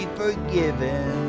forgiven